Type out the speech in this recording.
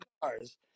cars